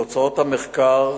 תוצאות המחקר